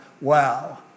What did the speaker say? wow